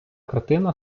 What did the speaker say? картина